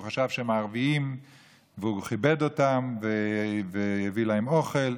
הוא חשב שהם ערבים והוא כיבד אותם והביא להם אוכל,